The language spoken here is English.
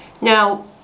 Now